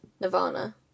Nirvana